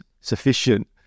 sufficient